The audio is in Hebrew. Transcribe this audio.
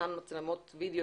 אותן מצלמות וידאו